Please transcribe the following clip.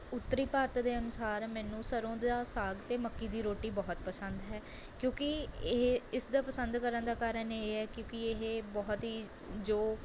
ਉੱਤਰੀ ਭਾਰਤ ਦੇ ਅਨੁਸਾਰ ਮੈਨੂੰ ਸਰ੍ਹੋਂ ਦਾ ਸਾਗ ਅਤੇ ਮੱਕੀ ਦੀ ਰੋਟੀ ਬਹੁਤ ਪਸੰਦ ਹੈ ਕਿਉਂਕਿ ਇਹ ਇਸ ਦਾ ਪਸੰਦ ਕਰਨ ਦਾ ਕਾਰਨ ਇਹ ਹੈ ਕਿਉਂਕਿ ਇਹ ਬਹੁਤ ਹੀ ਜੋ